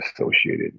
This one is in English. associated